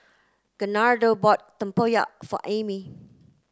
Gerardo bought Tempoyak for Ami